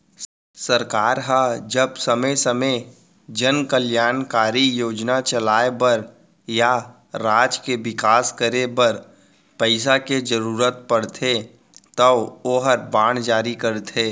सरकार ह जब समे समे जन कल्यानकारी योजना चलाय बर या राज के बिकास करे बर पइसा के जरूरत परथे तौ ओहर बांड जारी करथे